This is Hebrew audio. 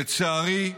לצערי,